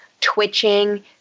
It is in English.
twitching